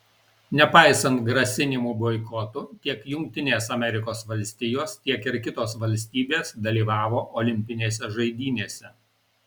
nepaisant grasinimų boikotu tiek jungtinės amerikos valstijos tiek ir kitos valstybės dalyvavo olimpinėse žaidynėse